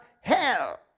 hell